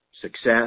success